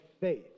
faith